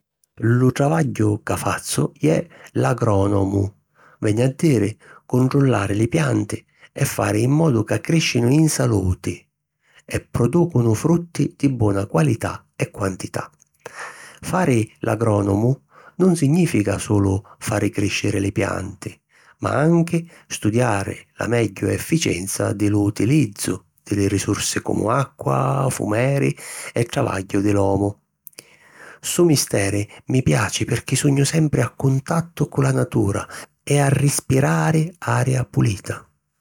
Lu travagghiu ca fazzu iu è l’agrònomu, veni a diri cuntrullari li pianti e fari in modu ca crìscinu in saluti e prodùcunu frutti di bona qualità e quantità. Fari l’agrònomu nun signìfica sulu fari crìsciri li pianti ma anchi studiari la megghiu efficienza di lu utilizzu di li risursi comu acqua, fumeri e travagghiu di l’omu. Ssu misteri mi piaci pirchì sugnu sempri a cuntattu cu la natura e a rispirari aria pulita.